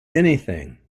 anything